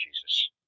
Jesus